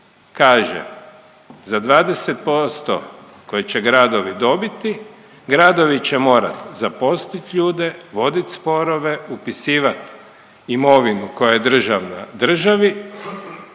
kaže za 20% koje će gradovi dobiti, gradovi će morat zaposlit ljude, vodit sporove, upisivat imovinu koja je državna državi